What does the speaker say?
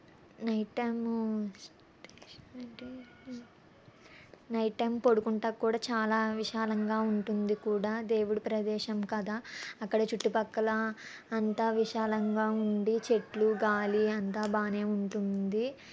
night time night time పడుకోవడానికి కూడా చాలా విశాలంగా ఉంటుంది కూడా దేవుడు ప్రదేశం కదా అక్కడ చుట్టుపక్కల అంతా విశాలంగా ఉండి చెట్లు గాలి అంతా బాగానే ఉంటుంది